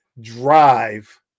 drive